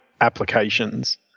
applications